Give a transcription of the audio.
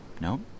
No